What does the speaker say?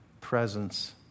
presence